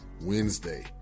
Wednesday